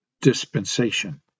dispensation